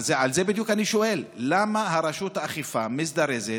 על זה בדיוק אני שואל: למה רשות האכיפה מזדרזת